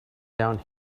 down